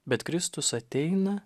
bet kristus ateina